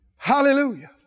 Hallelujah